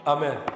Amen